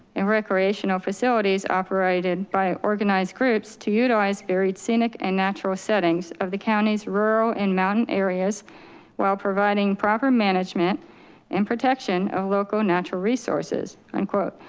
and recreational facilities operated by organized groups to utilize varied scenic and natural settings of the county's rural and mountain areas while providing proper management and protection of local natural resources, unquote.